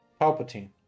Palpatine